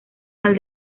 mal